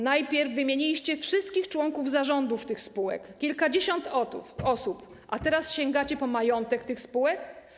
Najpierw wymieniliście wszystkich członków zarządów tych spółek, kilkadziesiąt osób, a teraz sięgacie po majątek tych spółek?